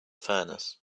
furnace